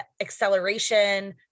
acceleration